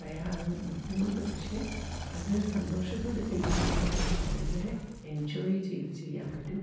ബുദ്ധിമുട്ട് പഷേ അത് സന്തോഷത്തോടെ ചെയ്യുകയാണെങ്കിൽ അത് ഭയങ്കര എഞ്ചോയ് ചെയ്ത് ചെയ്യാൻ പറ്റും